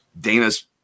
Dana's